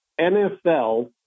NFL